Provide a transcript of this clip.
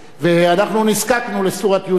ואנחנו נזקקנו לסורת יוסוף.